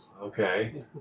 Okay